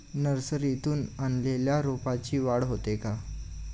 नर्सरीतून आणलेल्या रोपाची वाढ होते का?